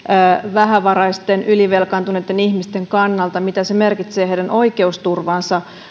vähävaraisten ylivelkaantuneitten ihmisten kannalta se mitä se merkitsee heidän oikeusturvalleen